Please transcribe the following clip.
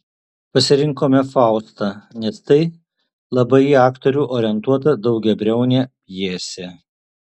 pasirinkome faustą nes tai labai į aktorių orientuota daugiabriaunė pjesė